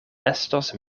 estos